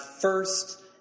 first